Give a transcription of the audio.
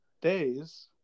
days